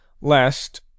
lest